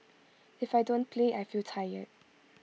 if I don't play I feel tired